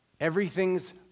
Everything's